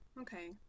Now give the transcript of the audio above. okay